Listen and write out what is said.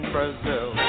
Brazil